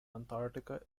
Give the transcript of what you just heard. antarctica